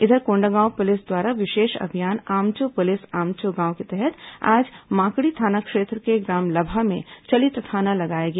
इधर कोंडागांव पुलिस द्वारा विशेष अभियान आमचो पुलिस आमचो गांव के तहत आज माकड़ी थाना क्षेत्र के ग्राम लभा में चलित थाना लगाया गया